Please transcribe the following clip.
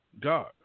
God